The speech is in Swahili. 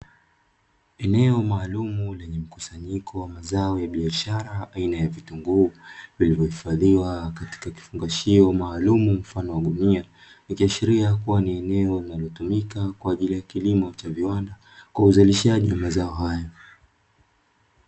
Eneo maalumu lenye mkusanyiko wa mazao ya biashara aina ya viunguu, vilivyohifadhiwa katika kifungashio maalumu mfano wa gunia, ikiashiria kuwa ni eneo linalotumika kwa ajili ya kilimo cha viwanda kwa uzalishaji wa mazao hayo